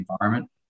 environment